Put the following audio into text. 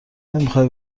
نمیخوای